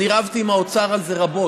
אני רבתי עם האוצר על זה רבות.